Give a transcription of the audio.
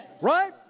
Right